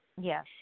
Yes